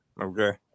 okay